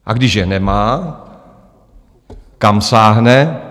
A když je nemá, kam sáhne?